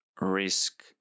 risk